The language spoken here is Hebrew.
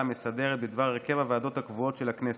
המסדרת בדבר הרכב הוועדות הקבועות של הכנסת.